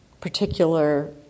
particular